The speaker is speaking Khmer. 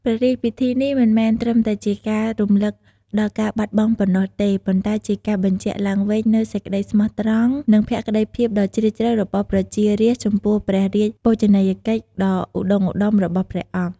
ព្រះរាជពិធីនេះមិនមែនត្រឹមតែជាការរំលឹកដល់ការបាត់បង់ប៉ុណ្ណោះទេ ប៉ុន្តែជាការបញ្ជាក់ឡើងវិញនូវសេចក្តីស្មោះត្រង់ និងភក្តីភាពដ៏ជ្រាលជ្រៅរបស់ប្រជារាស្ត្រចំពោះព្រះរាជបូជនីយកិច្ចដ៏ឧត្តុង្គឧត្តមរបស់ព្រះអង្គ។